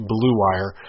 BlueWire